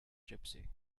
gipsy